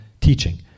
teaching